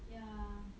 ya